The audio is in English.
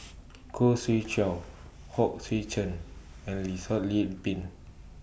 Khoo Swee Chiow Hong Sek Chern and Yih Pin